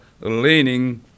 leaning